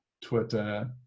Twitter